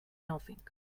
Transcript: nothing